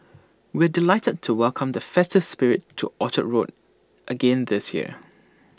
we're delighted to welcome the festive spirit to Orchard road again this year